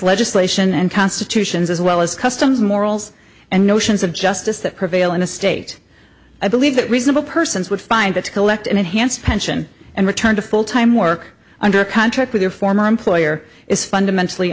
legislation and constitutions as well as customs morals and notions of justice that prevail in a state i believe that reasonable persons would find that to collect an enhanced pension and return to full time work under contract with your former employer is fundamentally